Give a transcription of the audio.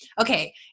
okay